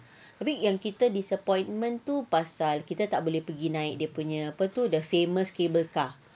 tapi yang kita disappointment tu pasal kita tak boleh pergi naik apa tu the famous cable car